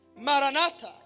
Maranatha